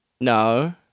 No